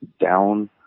down